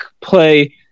play